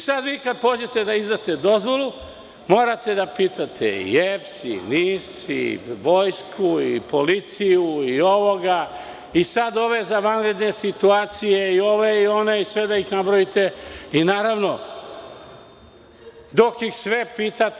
Sada, kada vi pođete da izdate dozvolu, morate da pitate EPS, NIS, Vojsku, policiju i sada ove za vanredne situacije, i ove, i one, i sve da ih nabrojite i, naravno, dok ih sve pitate…